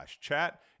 chat